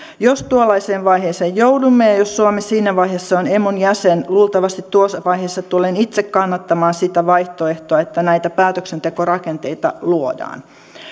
jos tuollaiseen vaiheeseen joudumme ja ja jos suomi siinä vaiheessa on emun jäsen luultavasti tuossa vaiheessa tulen itse kannattamaan sitä vaihtoehtoa että näitä päätöksentekorakenteita luodaan